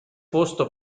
posto